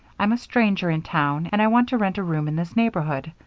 i'm a stranger in town and i want to rent a room in this neighborhood.